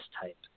type